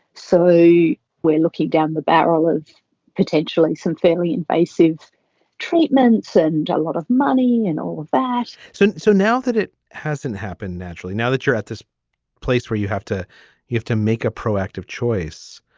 so we're looking down the barrel of potentially some fairly invasive treatments and a lot of money and all of that so so now that it hasn't happened naturally now that you're at this place where you have to you have to make a proactive choice.